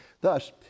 Thus